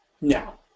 Now